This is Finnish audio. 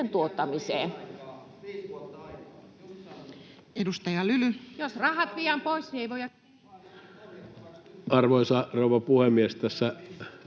arvoisa rouva puhemies!